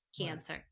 cancer